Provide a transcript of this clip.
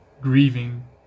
grieving